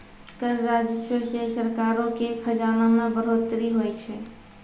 कर राजस्व से सरकारो के खजाना मे बढ़ोतरी होय छै